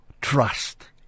trust